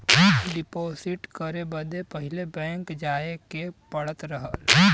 deposit करे बदे पहिले बैंक जाए के पड़त रहल